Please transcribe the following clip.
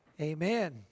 Amen